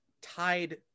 tied